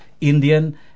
Indian